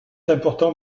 important